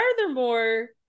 Furthermore